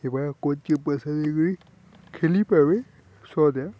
ଏବେ କୋଚ୍ କେ ପଇସା ଦେଇକରି ଖେଳି ପର୍ବେ ସୁଆଦିଆ